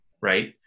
right